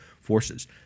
forces